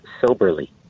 soberly